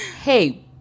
Hey